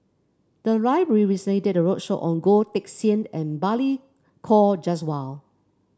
the library recently did a roadshow on Goh Teck Sian and Balli Kaur Jaswal